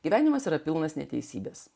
gyvenimas yra pilnas neteisybės